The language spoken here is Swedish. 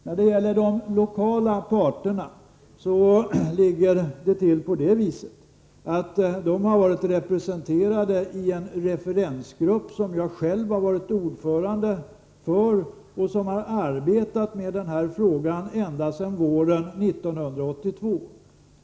Vad beträffar de lokala parterna ligger det så till, att de har varit representerade i en referensgrupp som jag själv har varit ordförande för och som har arbetat med frågan ända sedan våren 1982.